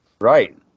Right